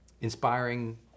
inspiring